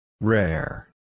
Rare